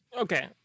Okay